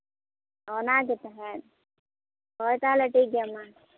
ᱚᱱᱟᱜᱮ ᱛᱟᱦᱮᱸᱫ ᱦᱳᱭ ᱛᱟᱦᱞᱮ ᱴᱷᱤᱠ ᱜᱮᱭᱟ ᱢᱟ